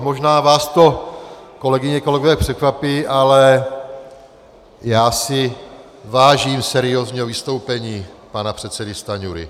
Možná vás to, kolegyně a kolegové, překvapí, ale já si vážím seriózního vystoupení pana předsedy Stanjury.